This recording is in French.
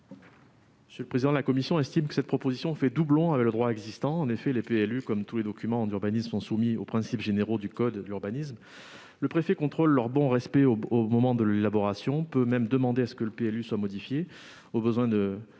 économiques ? La commission estime que cette proposition fait doublon avec le droit existant. En effet, les PLU, comme tous les documents d'urbanisme, sont soumis aux principes généraux du code de l'urbanisme. Le préfet contrôle leur respect au moment de leur élaboration et peut même demander à ce qu'ils soient modifiés, au besoin pour